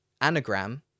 anagram